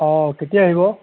অঁ কেতিয়া আহিব